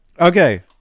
Okay